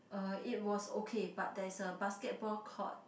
uh it was okay but there is a basketball court